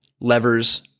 levers